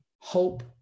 Hope